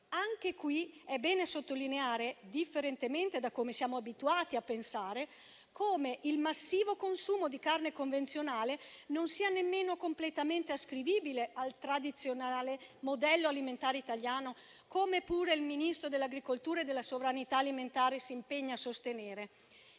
Anche qui è bene sottolineare, differentemente da come siamo abituati a pensare, come il massivo consumo di carne convenzionale non sia nemmeno completamente ascrivibile al tradizionale modello alimentare italiano, come pure il ministro dell'agricoltura e della sovranità alimentare si impegna a sostenere.